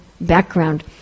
background